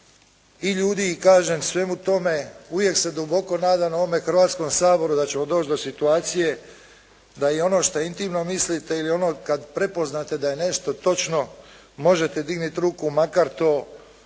i ljudi kažem svemu tome uvijek se duboko nadam u ovome Hrvatskom saboru da ćemo doći do situacije da i ono što intimno mislite ili ono kad prepoznate da je nešto točno možete dignuti ruku makar to nije